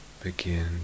begin